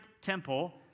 temple